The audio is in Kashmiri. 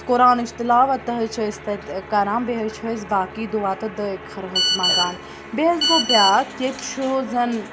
قُرانٕچ تِلاوَت تہٕ حظ چھِ أسۍ تَتہِ کَران بیٚیہِ حظ چھِ أسۍ باقٕے دعا تہٕ دٲے خٲر حظ منٛگان بیٚیہِ حظ گوٚو بیٛاکھ ییٚتہِ چھُ زَن